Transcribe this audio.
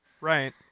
Right